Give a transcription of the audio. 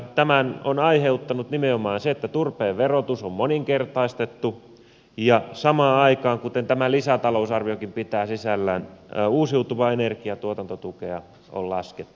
tämän on aiheuttanut nimenomaan se että turpeen verotus on moninkertaistettu ja samaan aikaan kuten tämä lisätalousarviokin pitää sisällään uusiutuvan energian tuotantotukea on laskettu